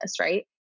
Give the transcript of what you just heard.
right